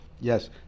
Yes